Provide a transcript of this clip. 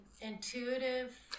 intuitive